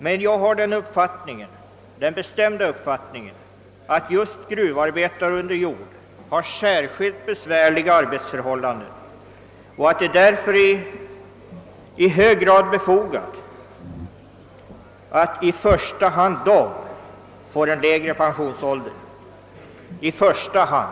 Det är emellertid min bestämda uppfattning att just gruvarbetare under jord har särskilt besvärliga arbetsförhållanden och att det därför är i hög grad befogat att i första hand de får en lägre pensionsålder.